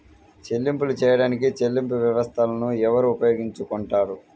చెల్లింపులు చేయడానికి చెల్లింపు వ్యవస్థలను ఎవరు ఉపయోగించుకొంటారు?